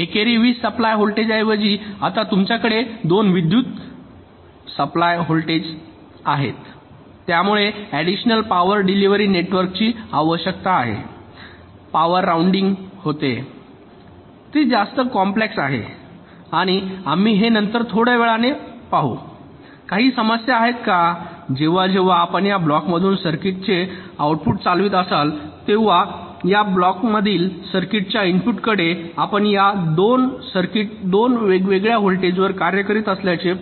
एकेरी वीजसप्लाय व्होल्टेजऐवजी आता आमच्याकडे दोन विद्युत सप्लाय व्होल्टेजेस आहेत त्यामुळे ऍडिशनल पॉवर डिलिव्हरी नेटवर्कआवश्यक आहेत पॉवर राउटिंग होते ते जास्त कॉम्प्लेक्स आहे आणि आम्ही हे नंतर थोड्या वेळाने पाहु काही समस्या आहेत का जेव्हा जेव्हा आपण या ब्लॉकमधून सर्किटचे आउटपुट चालवित असाल तेव्हा या ब्लॉकमधील सर्किटच्या इनपुटकडे आपण या दोन सर्किट दोन वेगळ्या व्होल्टेजवर कार्यरत असल्याचे पहाल